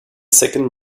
second